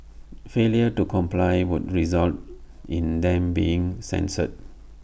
failure to comply would result in them being censured